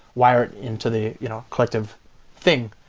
wire it into the you know collective thing.